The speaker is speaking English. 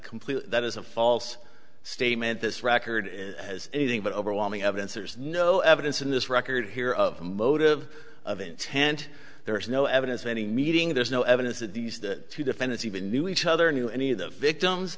completely that is a false statement this record as anything but overwhelming evidence there is no evidence in this record here of motive of intent there is no evidence of any meeting there's no evidence that these two defendants even knew each other knew any of the victims